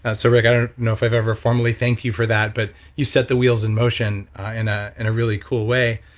ah so rick, i don't know if i've ever formally thanked you for that. but you set the wheels in motion in ah in a really cool way.